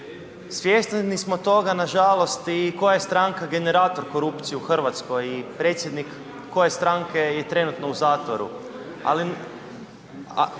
Svjesni smo toga nažalost i koja stranka je generator korupcije u Hrvatskoj i predsjednik koje stranke je trenutno u zatvoru. Ali